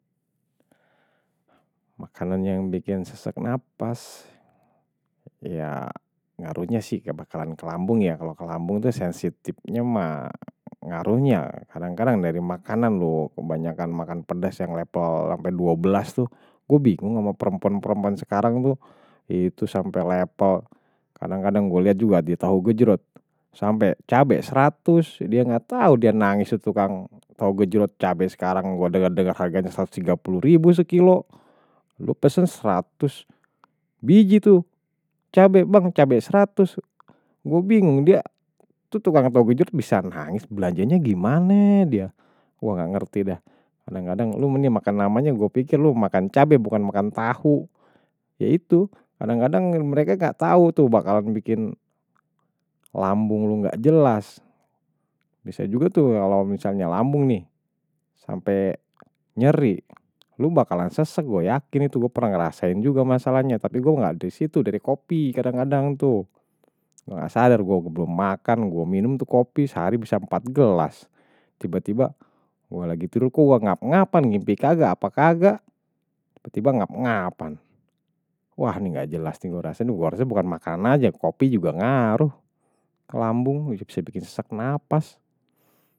Makanannya yang bikin sesek napas. Ya, ngaruhnya sih kebakalan kelambung ya. Kalo kelambung itu sensitifnya mah ngaruhnya. Kadang-kadang dari makanan loh, kebanyakan makan pedas yang level sampai dua belas tuh. Gue bingung sama perempuan perempuan sekarang tuh, itu sampai level. Kadang-kadang gue liat juga di tahu gejerot, sampe cabe seratus. Dia gak tau, dia nangis ya tukang. Tahu gejerot, cabe sekarang, gue dengar harganya serratus tiga puluh ribu se kilo. Lu pesen seratus biji tuh, cabe bang, cabai seratus. Gue bingung, dia tuh tukangnya tahu gejerot bisa nangis, belanjanya gimana dia. Gue gak ngerti dah. Kadang-kadang lu makan namanya, gue pikir lu makan cabe bukan makan tahu. Ya itu, kadang-kadang mereka gak tau tuh, bakalan bikin lambung lu gak jelas. Bisa juga tuh kalo misalnya lambung nih, sampe nyeri. Lu bakalan sesek, gue yakin itu. Gue pernah ngerasain juga masalahnya, tapi gue gak disitu, dari kopi. Kadang-kadang tuh, gue gak sadar, gue belum makan, gue minum tuh kopi, sehari bisa empat gelas. Tiba-tiba, gue lagi turun, kok gue ngap ngapan gimpi kagak, apa kagak. Tiba-tiba ngap ngapan. Wah, ini gak jelas nih, gue rasain. Gue rasa bukan makan aja, kopi juga ngaruh. Lambung, bisa bikin sesek napas.